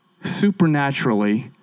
Supernaturally